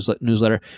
newsletter